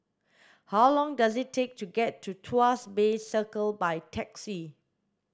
how long does it take to get to Tuas Bay Circle by taxi